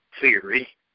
theory